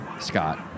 Scott